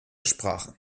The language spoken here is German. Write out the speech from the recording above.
sprachen